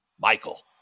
Michael